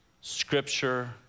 Scripture